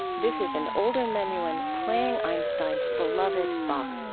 this is an older menuhin playing einstein's beloved bach